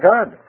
God